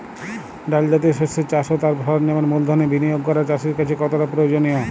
ডাল জাতীয় শস্যের চাষ ও তার সরঞ্জামের মূলধনের বিনিয়োগ করা চাষীর কাছে কতটা প্রয়োজনীয়?